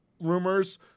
rumors